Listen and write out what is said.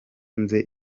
nze